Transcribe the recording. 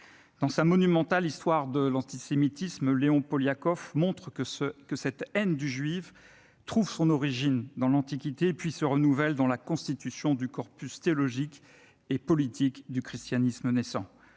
Dans sa monumentale, Léon Poliakov montre que cette haine du juif trouve son origine dans l'Antiquité puis se renouvelle dans la constitution du corpus théologique et politique du christianisme naissant.